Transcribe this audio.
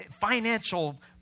financial